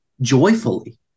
joyfully